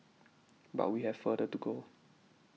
but we have further to go